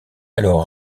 alors